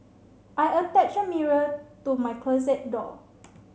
I attached a mirror to my closet door